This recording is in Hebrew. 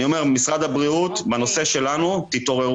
אני אומר: משרד הבריאות, בנושא שלנו תתעוררו.